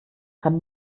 kann